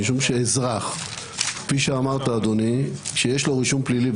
משום שאזרח שיש לו רישום פלילי,